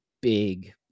big